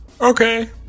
Okay